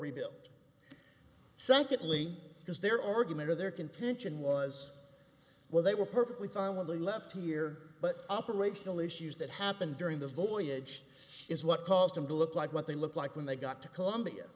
rebuilt secondly because their argument or their contention was well they were perfectly fine when they left here but operational issues that happened during the voyage is what caused them to look like what they look like when they got to columbia